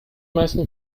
meisten